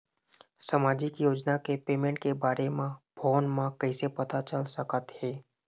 सामाजिक योजना के पेमेंट के बारे म फ़ोन म कइसे पता चल सकत हे?